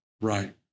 Right